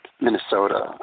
Minnesota